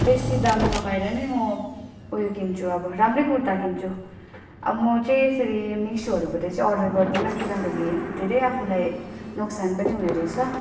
बेसी दाम लगाएर नै म उयो किन्छु अब राम्रै कुर्ता किन्छु अब म चाहिँ यसरी मिसोहरूबाट चाहिँ अर्डर गर्दिनँ किनभने धेरै आफूलाई नोक्सान पनि हुने रहेछ